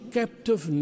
captive